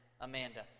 Amanda